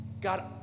God